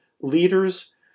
leaders